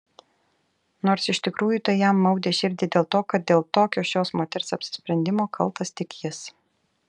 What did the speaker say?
nors iš tikrųjų tai jam maudė širdį dėl to kad dėl tokio šios moters apsisprendimo kaltas tik jis